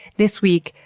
this week,